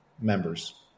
members